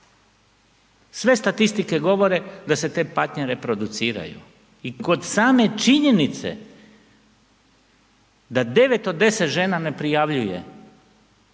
Sve statistike govore da se te patnje reproduciraju i kod same činjenice da 9 od 10 žena ne prijavljuje